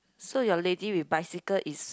so your lady with bicycle is